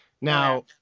Now